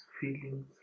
feelings